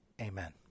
Amen